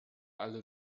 alle